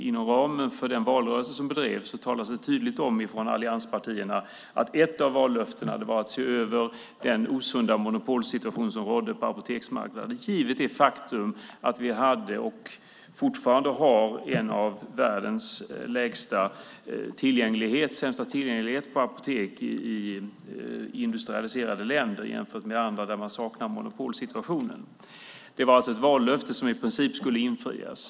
Inom ramen för den valrörelse som bedrevs talades det tydligt om från allianspartierna att ett av vallöftena var att se över den osunda monopolsituation som rådde på apoteksmarknaden givet det faktum att vi var och fortfarande är ett av de industrialiserade länder som har sämst tillgänglighet till apotek jämfört med andra där man saknar monopolsituationen. Det var alltså ett vallöfte som i princip skulle infrias.